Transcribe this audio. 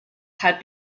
had